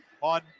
on